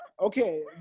okay